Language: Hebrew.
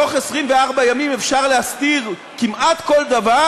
תוך 24 ימים אפשר להסתיר כמעט כל דבר,